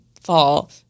fall